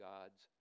God's